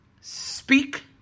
speak